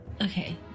Okay